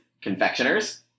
confectioners